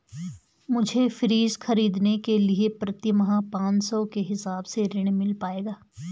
मुझे फ्रीज खरीदने के लिए प्रति माह पाँच सौ के हिसाब से ऋण मिल पाएगा?